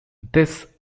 this